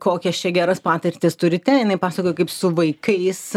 kokias čia geras patirtis turite jinai pasakojo kaip su vaikais